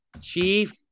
Chief